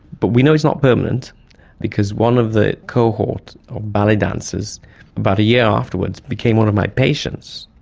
but we know it's not permanent because one of the cohort of ballet dancers about a year afterwards became one of my patients.